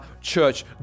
church